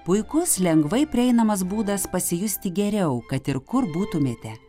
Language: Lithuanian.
puikus lengvai prieinamas būdas pasijusti geriau kad ir kur būtumėte